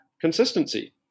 consistency